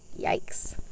Yikes